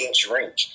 drink